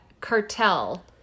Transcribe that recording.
cartel